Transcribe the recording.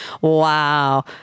Wow